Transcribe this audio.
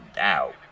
out